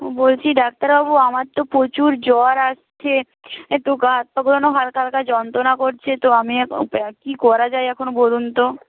বলছি ডাক্তারবাবু আমার তো প্রচুর জ্বর আসছে একটু গা হাত পাগুলো না হালকা হালকা যন্ত্রণা করছে তো আমি এখন কী করা যায় এখন বলুন তো